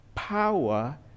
power